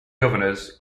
governors